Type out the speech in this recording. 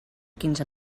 quinze